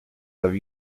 have